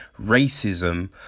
racism